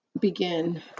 begin